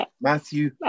Matthew